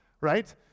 Right